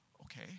okay